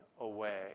away